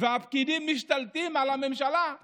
והפקידים משתלטים על הממשלה,